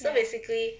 ya